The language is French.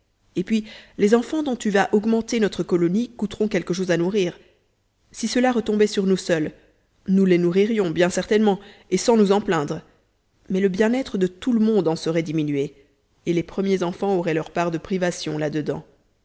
et puis les enfants dont tu vas augmenter notre colonie coûteront quelque chose à nourrir si cela retombait sur nous seuls nous les nourririons bien certainement et sans nous en plaindre mais le bien-être de tout le monde en serait diminué et les premiers enfants auraient leur part de privations